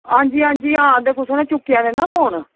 हां जी हां जी आं ते कुसै चुक्केआ नी ना फोन